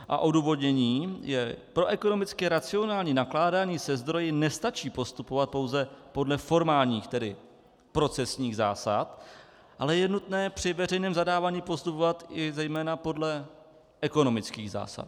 A odůvodnění je: pro ekonomicky racionální nakládání se zdroji nestačí postupovat pouze podle formálních, tedy procesních zásad, ale je nutné při veřejném zadávání postupovat i zejména podle ekonomických zásad.